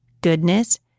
goodness